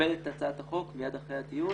נקבל את הצעת החוק מיד אחרי הדיון